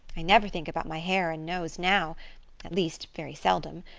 i never think about my hair and nose now at least, very seldom.